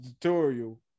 tutorial